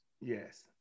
Yes